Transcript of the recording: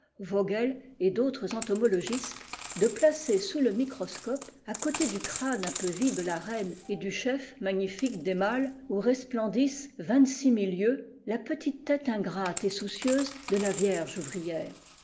vogel et d'autres entomologistes de placer sous le microscope à côté du crâne un peu vide de la reine et du chef magnifique des mâles où resplendissent vingt-six mille yeux la petite tête ingrate et soucieuse de la vierge ouvrière